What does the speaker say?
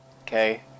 okay